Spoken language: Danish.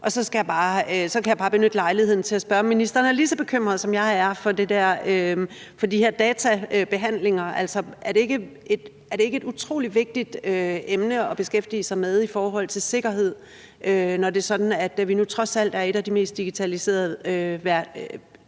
på. Så vil jeg bare benytte lejligheden til at spørge, om ministeren er lige så bekymret, som jeg er, for de her databehandlinger. Altså, er det ikke et utrolig vigtigt emne at beskæftige sig med i forhold til sikkerhed, når det er sådan, at vi trods alt er et af de mest digitaliserede